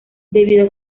debido